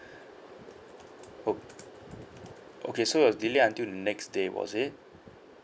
o~ okay so it was delayed until the next day was it